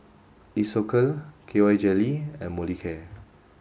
Isocal K Y Jelly and Molicare